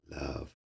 love